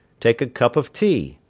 take a cup of tea.